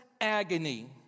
agony